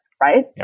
right